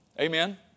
Amen